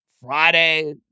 Friday